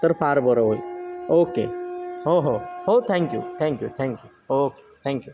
तर फार बरं होईल ओके हो हो हो thank you thank you thank you okay thank you